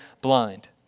blind